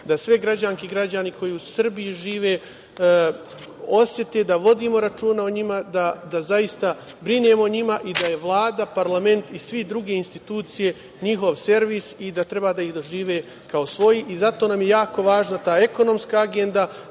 da sve građanke i građani koji u Srbiji žive osete da vodimo računa o njima, da zaista brinemo o njima i da su Vlada, parlament i sve druge institucije njihov servis i da treba da ih dožive kao svoje i zato nam je jako važna ta ekonomska agenda